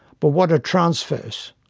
but what are transfers?